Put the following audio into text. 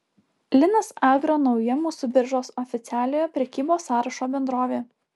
linas agro nauja mūsų biržos oficialiojo prekybos sąrašo bendrovė